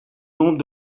nombre